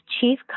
Chief